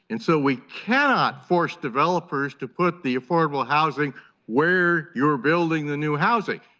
and so we cannot force developers to put the affordable housing where you are building the new housing,